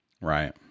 Right